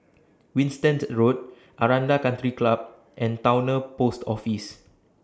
Winstedt Road Aranda Country Club and Towner Post Office